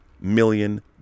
million